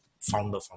founder